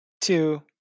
two